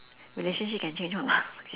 relationship can change [one]